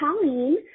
Colleen